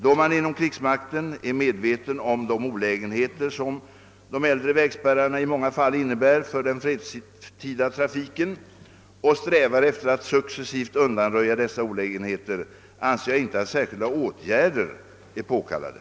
Då man inom krigsmakten är väl medveten om de olägenheter som de äldre vägspärrarna i många fall innebär för den fredstida trafiken och strävar effer att successivt undanröja dessa olägenheter anser jag inte att särskilda åtgärder från min sida är påkallade.